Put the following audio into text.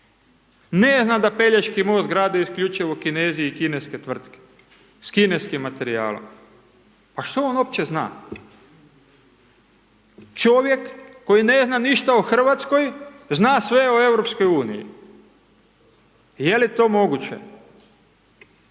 ne zna da Pelješki most grade isključivo Kinezi i kineske tvrtke, s kineskim materijalom. Pa što on opće zna? Čovjek koji ne zna ništa o Hrvatskoj, zna sve o Europskoj uniji. Je li to moguće?